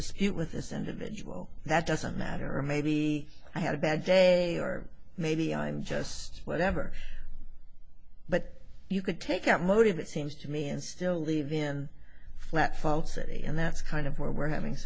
dispute with this individual that doesn't matter maybe i had a bad day or maybe i'm just whatever but you could take out motive it seems to me and still even flat fall city and that's kind of where we're having